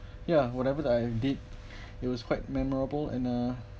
ya whatever that I did it was quite memorable and uh